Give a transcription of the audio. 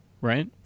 right